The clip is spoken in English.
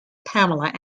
pamela